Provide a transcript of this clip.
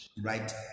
Right